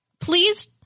please